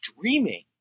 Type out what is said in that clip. dreaming